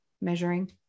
measuring